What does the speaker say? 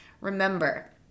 remember